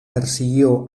persiguió